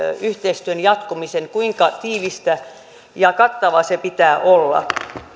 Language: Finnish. yhteistyön jatkumisen kuinka tiivistä ja kattavaa sen pitää olla